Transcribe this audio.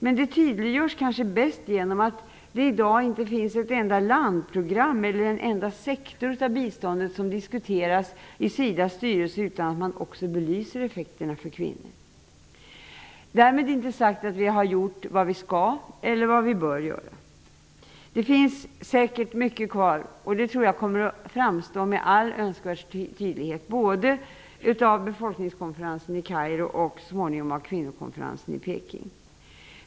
Men detta tydliggörs kanske bäst genom att det i dag inte finns ett enda landprogram eller en enda sektor av biståndet som diskuteras i SIDA:s styrelse utan att man också belyser effekterna för kvinnor. Därmed inte sagt att vi har gjort vad vi skall eller bör göra. Det finns säkert mycket som återstår att göra, vilket jag tror kommer att framstå med all önskvärd tydlighet både vid befolkningskonferensen i Kairo och så småningom vid Kvinnokonferensen i Peking.